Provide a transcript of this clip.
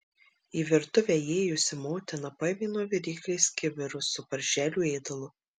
į virtuvę įėjusi motina paėmė nuo viryklės kibirus su paršelių ėdalu